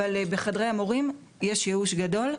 אבל בחדרי המורים יש ייאוש גדול,